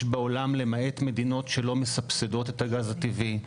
בעולם למעט מדינות שלא מסבסדות את הגז הטבעי,